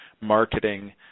marketing